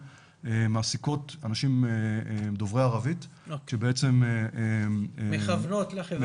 שמעסיקות אנשים דוברי ערבית ש --- מכוונות לחברה הערבית.